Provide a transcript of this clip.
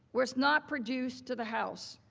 was not produced to the house.